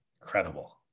Incredible